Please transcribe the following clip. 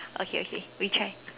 okay okay we try